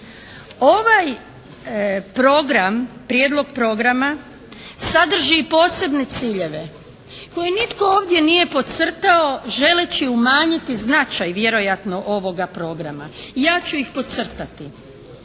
Ovaj program, prijedlog programa sadrži i posebne ciljeve koje nitko ovdje nije potcrtao želeći umanjiti značaj vjerojatno ovoga programa. Ja ću ih podcrtati.